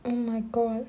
oh my god